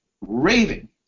raving